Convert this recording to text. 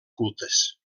cultes